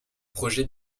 projet